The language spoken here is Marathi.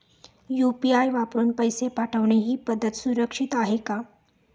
यु.पी.आय वापरून पैसे पाठवणे ही पद्धत सुरक्षित आहे का?